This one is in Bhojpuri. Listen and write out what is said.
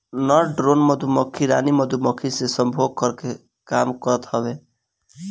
नर ड्रोन मधुमक्खी रानी मधुमक्खी से सम्भोग करे कअ काम करत हवे